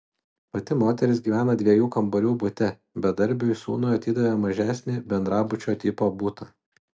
pati moteris gyvena dviejų kambarių bute bedarbiui sūnui atidavė mažesnį bendrabučio tipo butą